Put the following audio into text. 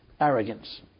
arrogance